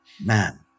Man